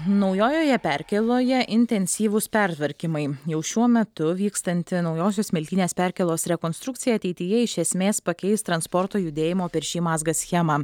naujojoje perkėloje intensyvūs pertvarkymai jau šiuo metu vykstanti naujosios smiltynės perkėlos rekonstrukcija ateityje iš esmės pakeis transporto judėjimo per šį mazgą schemą